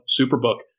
Superbook